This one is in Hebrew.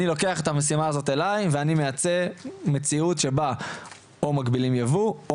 אני לוקח את המשימה הזאת אליי ואני רוצה מציאות שבה או מגבילים ייבוא או